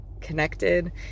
connected